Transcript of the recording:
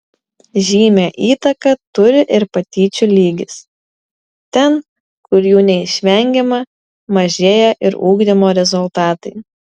žymią įtaką turi ir patyčių lygis ten kur jų neišvengiama mažėja ir ugdymo rezultatai